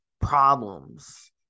problems